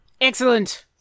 Excellent